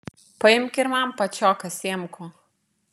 paimk ir man pačioką sėmkų